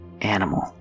animal